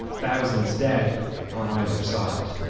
thousands dead on either side.